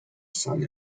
sun